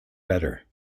better